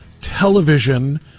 television